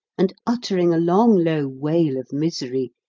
and uttering a long low wail of misery,